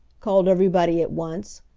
called everybody at once,